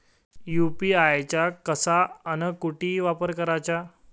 UPI चा कसा अन कुटी वापर कराचा?